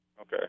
Okay